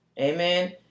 Amen